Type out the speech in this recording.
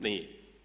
Nije.